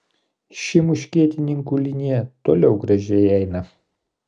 ši muškietininkų linija toliau gražiai eina